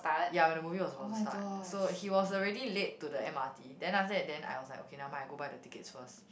ya when the movie was about to start so he was already late to the M_R_T then after that then I was like okay never mind I go buy the tickets first